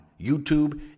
YouTube